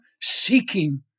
seeking